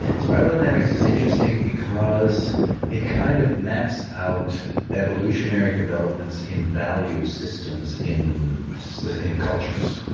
spiral dynamics is interesting because it kind of maps out evolutionary developments in value systems in so in cultures.